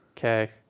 Okay